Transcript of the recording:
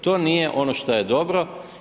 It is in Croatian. To nije ono što je dobro.